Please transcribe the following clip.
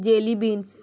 jelly beans